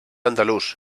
andalús